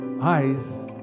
eyes